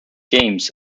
games